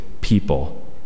people